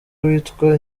witwa